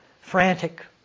frantic